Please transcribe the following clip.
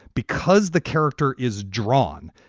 because the character is drawn,